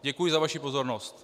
Děkuji za vaši pozornost.